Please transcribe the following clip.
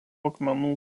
akmenų